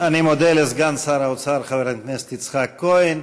אני מודה לסגן שר האוצר יצחק כהן.